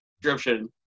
description